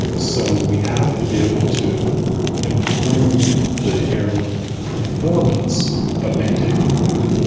so we have to be able to improve the heirloom performance but maintain the flavour.